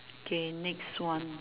okay next one